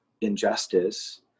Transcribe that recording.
injustice